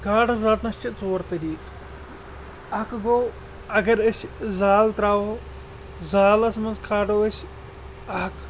گاڈٕ رَٹنَس چھِ ژور طریٖقہ اَکھ گوٚو اَگر أسۍ زال ترٛاوو زالَس منٛز کھالو أسۍ اَکھ